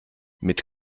mit